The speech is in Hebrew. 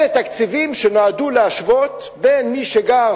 אלה תקציבים שנועדו להשוות בין מי שגר